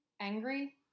Angry